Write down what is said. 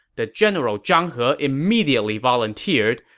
the general zhang he immediately volunteered,